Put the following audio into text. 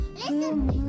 listen